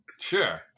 Sure